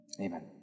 Amen